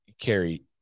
Carrie